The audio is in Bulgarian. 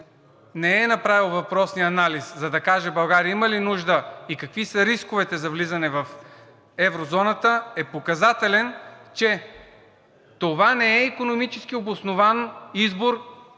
не е направила въпросния анализ, за да каже България има ли нужда и какви са рисковете за влизане в еврозоната, е показателен, че това не е икономически обоснован избор